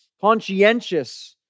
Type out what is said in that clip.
conscientious